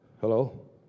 Hello